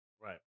Right